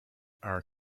are